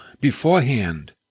beforehand